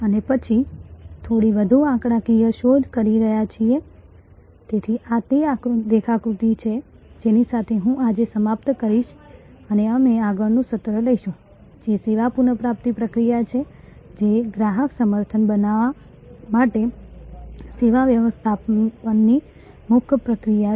અને પછી થોડી વધુ આંકડાકીય શોધ કરી રહ્યા છીએ તેથી આ તે રેખાકૃતિ છે જેની સાથે હું આજે સમાપ્ત કરીશ અને અમે આગળનું સત્ર લઈશું જે સેવા પુનઃપ્રાપ્તિ પ્રક્રિયા છે જે ગ્રાહક સમર્થન બનાવવા માટે સેવા વ્યવસ્થાપનની મુખ્ય પ્રક્રિયા છે